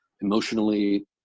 emotionally